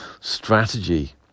strategy